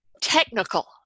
technical